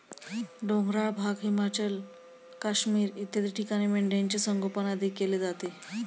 डोंगराळ भाग, हिमाचल, काश्मीर इत्यादी ठिकाणी मेंढ्यांचे संगोपन अधिक केले जाते